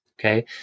Okay